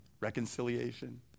reconciliation